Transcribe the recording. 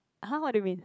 !huh! what do you mean